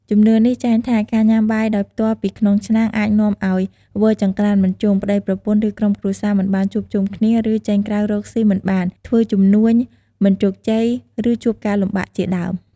ជំនឿនេះចែងថា ការញ៉ាំបាយដោយផ្ទាល់ពីក្នុងឆ្នាំងអាចនាំឲ្យ វិលចង្ក្រានមិនជុំ ប្តីប្រពន្ធ ឬក្រុមគ្រួសារមិនបានជួបជុំគ្នា ឬ ចេញក្រៅរកស៊ីមិនបាន ធ្វើជំនួញមិនជោគជ័យ ឬជួបការលំបាកជាដើម។